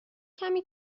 کمی